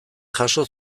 jaso